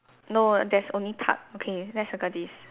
no there's only park okay let's circle this